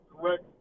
correct